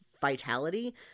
Vitality